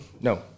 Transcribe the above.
No